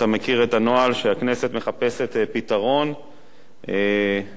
אתה מכיר את הנוהל שהכנסת מחפשת פתרון מימוני